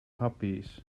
puppies